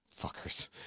Fuckers